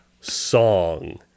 song